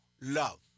love